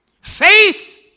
faith